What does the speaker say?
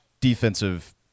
defensive